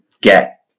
get